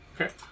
Okay